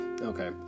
okay